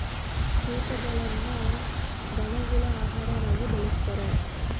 ಕೀಟಗಳನ್ನ ಧನಗುಳ ಆಹಾರವಾಗಿ ಬಳಸ್ತಾರ